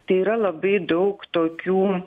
tai yra labai daug tokių